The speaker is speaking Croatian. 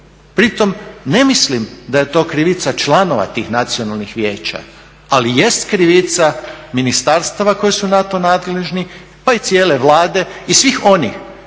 Pritom ne mislim da je to krivica članova tih nacionalnih vijeća ali jest krivica ministarstava koji su za to nadležni pa i cijele Vlade i svih onih